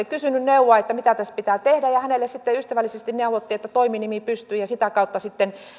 kysynyt neuvoa että mitä tässä pitää tehdä ja hänelle sitten ystävällisesti neuvottiin että toiminimi pystyyn ja sitä kautta sitten